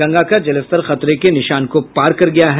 गंगा का जलस्तर खतरे के निशान को पार कर गया है